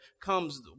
comes